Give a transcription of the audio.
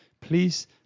Please